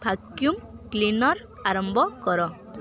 vacuum cleaner ଆରମ୍ଭ କର